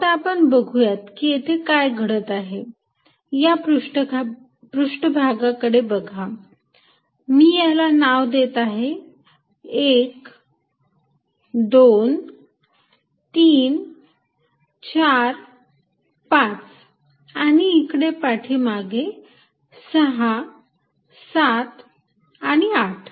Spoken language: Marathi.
आता आपण बघूयात कि येथे काय घडत आहे या पृष्ठभागाकडे बघा मी याला नाव देत आहे 1 2 3 4 5 आणि इकडे पाठीमागे 6 7 आणि 8